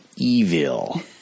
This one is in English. Evil